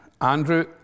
Andrew